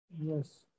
Yes